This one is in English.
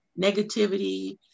negativity